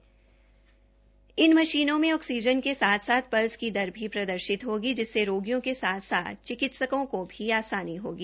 इन अत्याध्निक मशीनों मे आक्सीजन के साथ साथ पल्स की दर भी प्रदर्शित होगी जिससे रोगियों के साथ साथ चिकित्सकों को भी आसानी होगी